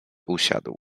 usiadł